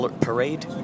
parade